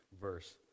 verse